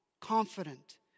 Confident